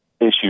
issue